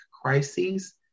crises